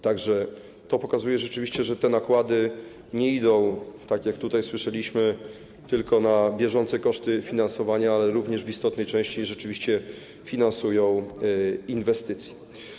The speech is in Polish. To pokazuje, że te nakłady nie idą, tak jak tutaj słyszeliśmy, tylko na bieżące koszty, finansowanie, ale również w istotnej części rzeczywiście finansują inwestycje.